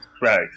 Right